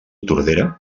tordera